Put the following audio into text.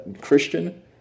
Christian